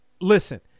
Listen